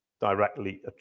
directly